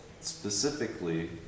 specifically